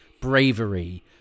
bravery